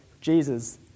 Jesus